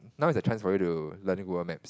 now is the chance for you to learn world maps